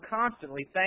constantly